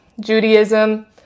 Judaism